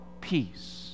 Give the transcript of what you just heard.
peace